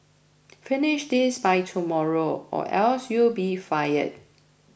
finish this by tomorrow or else you'll be fired